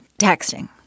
texting